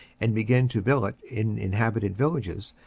and began to billet in inhabited villages,